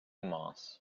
moss